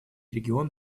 регион